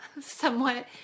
somewhat